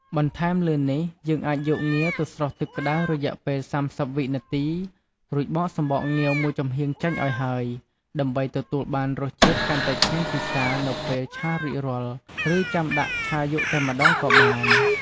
បន្ថែមលើនេះ យើងអាចយកងាវទៅស្រុះទឹកក្តៅរយ:ពេល៣០វិនាទី រួចបកសំបកងាវមួយចំហៀងចេញឲ្យហើយ ដើម្បីទទួលបានរសជាតិកាន់តែឆ្ងាញ់ពិសារនៅពេលឆារួចរាល់ ឬចាំដាក់ឆាយកតែម្តងក៏បាន។